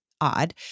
odd